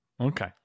Okay